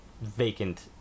vacant